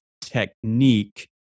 technique